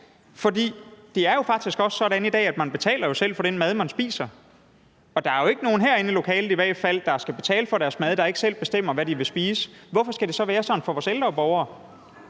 For det er jo faktisk også sådan, at man i dag selv betaler for den mad, man spiser, og der er jo i hvert fald ikke nogen herinde i lokalet, der skal betale for deres mad, som ikke selv bestemmer, hvad de vil spise. Hvorfor skal det så være sådan for vores ældre borgere?